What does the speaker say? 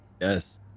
Yes